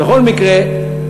בכל מקרה,